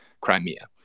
Crimea